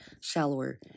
shallower